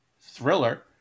Thriller